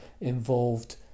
involved